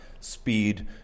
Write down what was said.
speed